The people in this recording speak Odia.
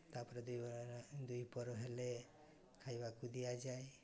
ତା'ପରେ ଦୁଇ ଦୁଇ ପର ହେଲେ ଖାଇବାକୁ ଦିଆଯାଏ